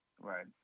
right